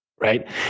Right